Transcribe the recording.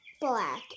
black